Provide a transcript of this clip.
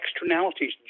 externalities